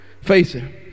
facing